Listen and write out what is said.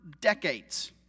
decades